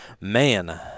Man